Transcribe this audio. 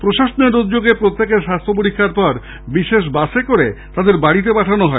প্রশাসনের উদ্যোগে প্রত্যেকের স্বাস্থ্য পরীক্ষার পর বিশেষ বাসে করে তাদের বাড়িতে পাঠানো হয়